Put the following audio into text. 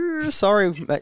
Sorry